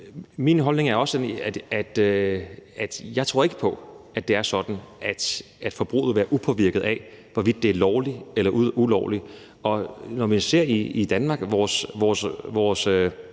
Min holdning er også, at jeg ikke tror på, at det er sådan, at forbruget vil være upåvirket af, hvorvidt det er lovligt eller ulovligt, og når vi i Danmark ser